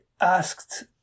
asked